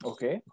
Okay